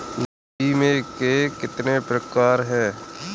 बीमे के कितने प्रकार हैं?